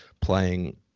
playing